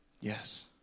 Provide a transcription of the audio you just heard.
Yes